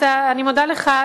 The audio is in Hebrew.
אני מודה לך,